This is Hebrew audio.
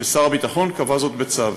ושר הביטחון קבע זאת בצו.